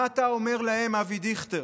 מה אתה אומר להם, אבי דיכטר?